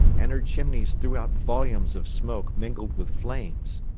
and her chimneys threw out volumes of smoke mingled with flames.